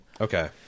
Okay